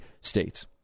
states